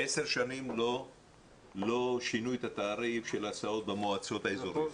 עשר שנים לא שינו את התעריף של ההסעות במועצות האזוריות,